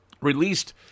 released